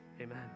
Amen